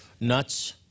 Nuts